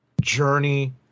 journey